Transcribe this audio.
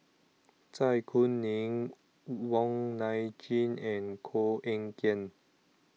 Zai Kuning Wong Nai Chin and Koh Eng Kian